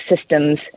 systems